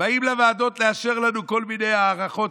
באים לוועדות לאשר לנו כל מיני הארכות,